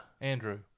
Andrew